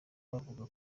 bavuga